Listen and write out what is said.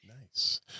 nice